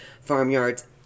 farmyards